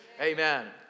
Amen